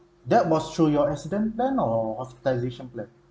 that was through your accident plan or hospitalisation plan